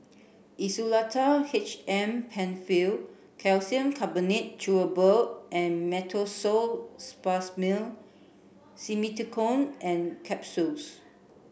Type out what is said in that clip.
Insulatard H M Penfill Calcium Carbonate Chewable and Meteospasmyl Simeticone Capsules